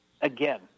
again